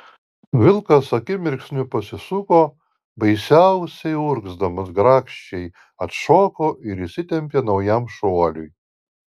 vilkas akimirksniu pasisuko baisiausiai urgzdamas grakščiai atšoko ir įsitempė naujam šuoliui